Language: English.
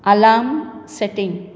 alarm setting